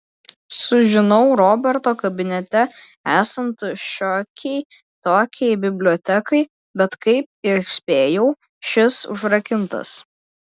sužinau roberto kabinete esant šiokiai tokiai bibliotekai bet kaip ir spėjau šis užrakintas